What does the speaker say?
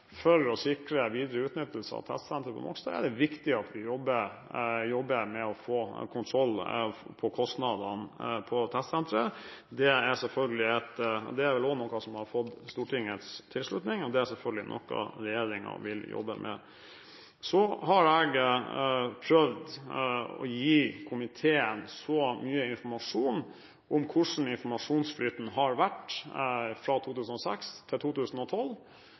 for å sikre videre utnyttelse av testsenteret på Mongstad er det viktig at vi jobber med å få kontroll på kostnadene ved testsenteret. Det er vel også noe som har fått Stortingets tilslutning. Det er selvfølgelig noe regjeringen vil jobbe med. Jeg har prøvd å gi komiteen mye informasjon om hvordan informasjonsflyten var fra 2006 til 2012.